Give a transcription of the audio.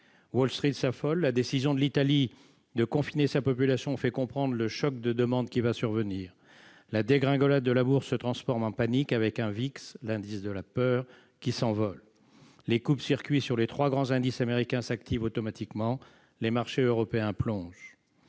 Wall Street s'affole. La décision de l'Italie de confiner sa population fait comprendre le choc de demande qui va survenir. La dégringolade de la bourse se transforme en panique : le Vix, l'indice de la peur, s'envole. Les coupe-circuits des trois grands indices américains s'activent automatiquement. Les marchés européens plongent.